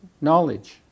knowledge